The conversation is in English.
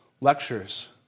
lectures